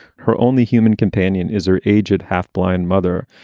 her only human companion is her age and half blind mother.